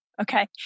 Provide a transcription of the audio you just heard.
Okay